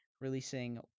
releasing